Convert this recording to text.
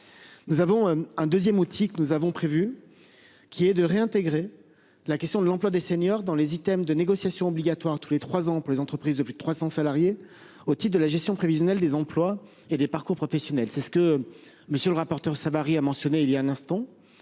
Nous avons un deuxième outil que nous avons prévu. Qui est de réintégrer la question de l'emploi des seniors dans les items de négociation obligatoire tous les 3 ans pour les entreprises de plus de 300 salariés au type de la gestion prévisionnelle des emplois et des parcours professionnels. C'est ce que monsieur le rapporteur. Savary a mentionné, il y a un instant,